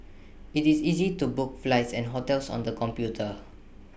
IT is easy to book flights and hotels on the computer